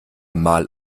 mal